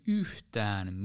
yhtään